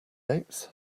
eighth